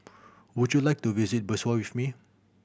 would you like to visit Bissau with me